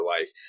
life